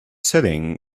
setting